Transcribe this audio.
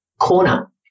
corner